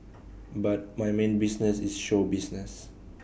but my main business is show business